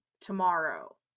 tomorrow